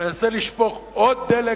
מנסים לשפוך עוד דלק